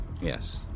Yes